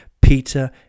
Peter